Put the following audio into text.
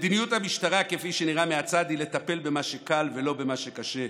מדיניות המשטרה כפי שנראה מהצד היא לטפל במה שקל ולא במה שקשה,